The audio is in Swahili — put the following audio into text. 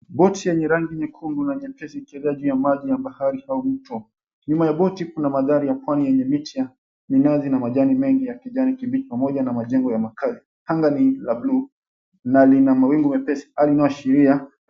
Boti yenye rangi nyekundu na nyepesi ikielea juu ya maji ya bahari au mto. Nyuma ya boti kuna mandhari ya pwani yenye miti ya minazi na majani mengi ya kijani kibichi, pamoja na majengo ya makazi. Anga ni la buluu na lina mawingu mepesi, hali inayoashiria.